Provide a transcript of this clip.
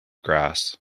grass